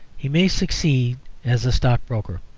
he may succeed as a stockbroker.